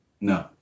No